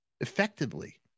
effectively